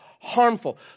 harmful